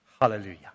Hallelujah